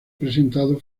presentado